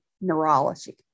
neurology